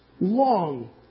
Long